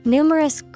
Numerous